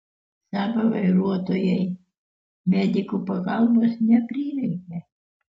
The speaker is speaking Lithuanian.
saab vairuotojai medikų pagalbos neprireikė